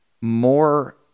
more